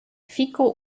fecal